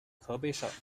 河北省